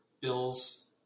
Bills